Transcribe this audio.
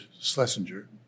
Schlesinger